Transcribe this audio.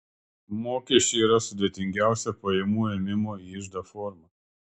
mokesčiai yra sudėtingiausia pajamų ėmimo į iždą forma